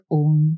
own